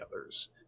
others